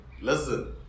listen